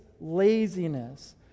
laziness